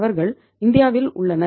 அவர்கள் இந்தியாவில் உள்ளனர்